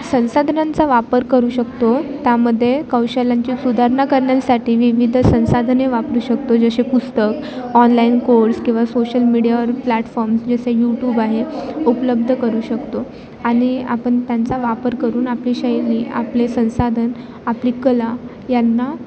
संसाधनांचा वापर करू शकतो त्यामध्ये कौशल्यांची सुधारणा करण्यासाठी विविध संसाधने वापरू शकतो जसे पुस्तक ऑनलाईन कोर्स किंवा सोशल मीडियावर प्लॅटफॉर्म जसे यूट्यूब आहे उपलब्ध करू शकतो आणि आपण त्यांचा वापर करून आपली शैली आपले संसाधन आपली कला यांना